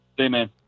Amen